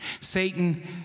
Satan